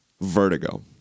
Vertigo